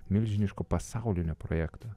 milžiniško pasaulinio projekto